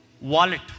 Wallet